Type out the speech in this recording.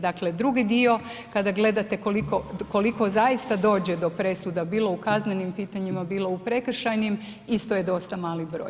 Dakle drugi dio kada gledate koliko zaista dođe do presuda bilo u kaznenim pitanjima, bilo u prekršajnim isto je dosta mali broj.